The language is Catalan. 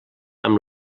amb